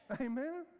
Amen